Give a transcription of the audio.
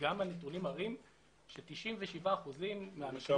גם הנתונים מראים ש-97 אחוזים מהמקרים